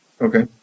Okay